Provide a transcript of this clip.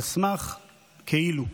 על סמך כאילו,